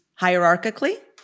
hierarchically